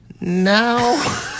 No